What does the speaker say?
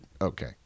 Okay